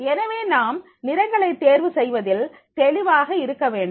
எனவே நாம் நிறங்களை தேர்வு செய்வதில் தெளிவாக இருக்க வேண்டும்